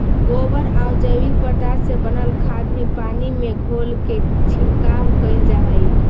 गोबरआउ जैविक पदार्थ से बनल खाद भी पानी में घोलके छिड़काव कैल जा हई